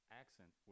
accent